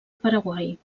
paraguai